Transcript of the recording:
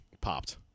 popped